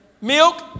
Milk